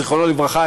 זיכרונו לברכה,